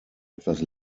etwas